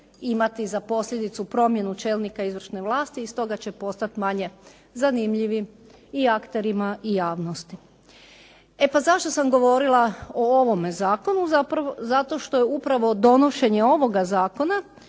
imati za posljedicu promjenu čelnika izvršne vlasti i stoga će postati manje zanimljivi i akterima i javnosti. E pa zašto sam govorila o ovome zakonu? Zato što je upravo donošenje ovoga zakona